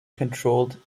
controlled